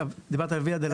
ודיברת על הויה דולורוזה,